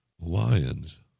lions